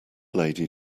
lady